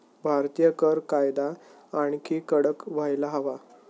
भारतीय कर कायदा आणखी कडक व्हायला हवा